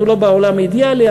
אנחנו לא בעולם האידיאלי,